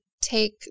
take